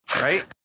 right